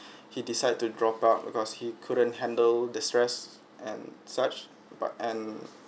he decide to drop out because he couldn't handle the stress and such but and